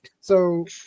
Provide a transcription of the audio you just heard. So-